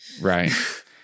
right